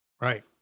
Right